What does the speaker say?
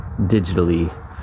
digitally